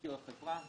מזכיר החברה.